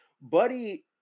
Buddy